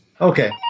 Okay